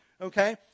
Okay